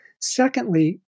secondly